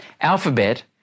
Alphabet